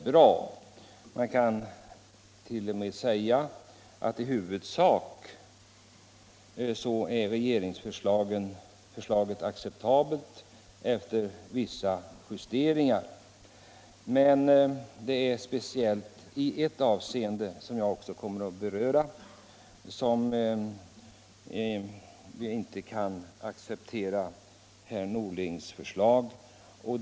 Ja, man kan t.o.m. säga att regeringsförslaget i huvudsak, efter vissa justeringar, är acceptabelt. Men speciellt i ett avseende, som jag här vill beröra, kan vi inte acceptera herr Norlings förslag.